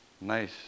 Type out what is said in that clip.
nice